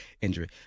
injury